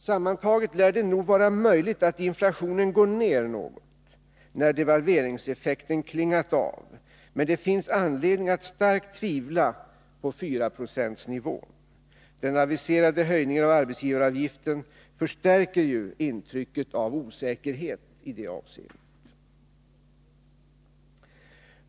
Sammantaget lär det nog vara möjligt att inflationen går ned något när devalveringseffekten klingat av, men det finns anledning att starkt tvivla på 4-procentsnivån. Den aviserade höjningen av arbetsgivaravgiften förstärker ju intrycket av osäkerhet i det avseendet.